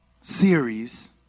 series